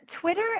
Twitter